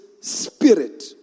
spirit